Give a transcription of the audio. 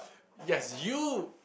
yes you